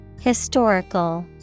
Historical